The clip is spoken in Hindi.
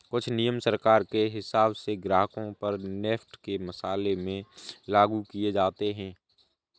कुछ नियम सरकार के हिसाब से ग्राहकों पर नेफ्ट के मामले में लागू किये जाते हैं